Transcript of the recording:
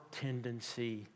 tendency